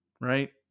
right